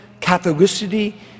Catholicity